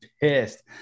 pissed